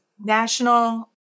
national